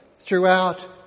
throughout